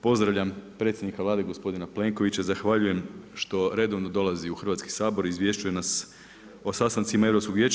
Pozdravljam predsjednika Vlade gospodina Plenkovića, zahvaljujem što redovno dolazi u Hrvatski sabor i izvješćuje nas o sastancima Europskog vijeća.